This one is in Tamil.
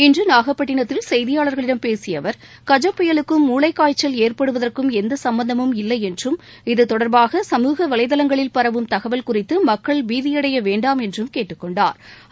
இன்று நாகப்பட்டினத்தில் செய்தியாளாகளிடம் பேசிய அவா் கஜ புயலுக்கும் மூளைக்காய்ச்சல் ஏற்படுவதற்கும் எந்த சும்பந்தமும் இல்லை என்றும் இது தொடர்பாக சமூக வலைதளங்களில் பரவும் தகவல் குறித்து மக்கள் பீதியடைய வேண்டாம் என்றும் கேட்டுக் கொண்டாா்